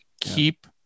Keep